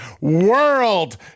world